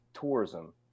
tourism